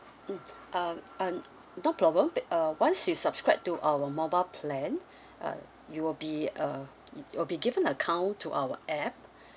mm um uh no problem uh once you subscribe to our mobile plan uh you'll be uh you'll be given account to our app